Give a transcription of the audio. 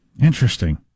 Interesting